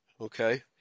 okay